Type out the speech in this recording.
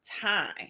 time